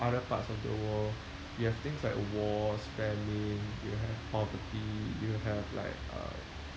other parts of the world you have things like war spreading you have poverty you have like uh